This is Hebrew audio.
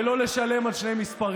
ולא לשלם על שני מספרים.